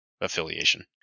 affiliation